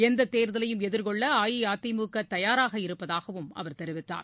எந்ததேர்தலையும் எதிர்கொள்ளஅஇஅதிமுகதயாராக இருப்பதாகவும் அவர் தெரிவித்தார்